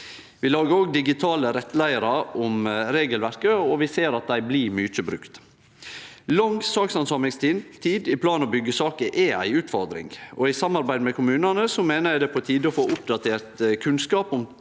Vi lagar òg digitale rettleiarar om regelverket, og vi ser at desse blir mykje brukt. Lang sakshandsamingstid i plan- og byggjesaker er ei utfordring. I samarbeid med kommunane meiner eg det er på tide å få oppdatert kunnskapen om